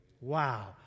Wow